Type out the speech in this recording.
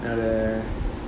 and uh